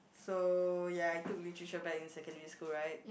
so ya I took Literature back in secondary school right